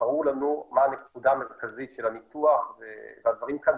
ברור מה הנקודה המרכזית של הניתוח בדברים כאן,